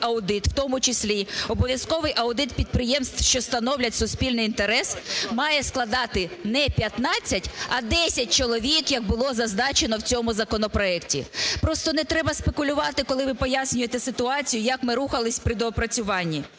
аудит, у тому числі, обов'язковий аудит підприємств, що становлять суспільний інтерес, має складати не 15, а 10 чоловік, як було зазначено у цьому законопроекті. Просто не треба спекулювати, коли ви пояснюєте ситуації, як ми рухалися при доопрацюванні.